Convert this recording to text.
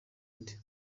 undi